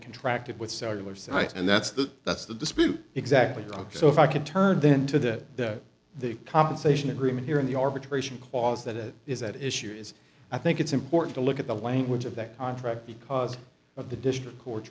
contracted with cellular sites and that's the that's the dispute exactly dogs so if i could turn then to that the compensation agreement here in the arbitration clause that it is at issue is i think it's important to look at the language of that contract because of the district court